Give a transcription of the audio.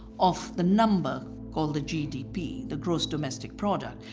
of the number called the gdp, the gross domestic product,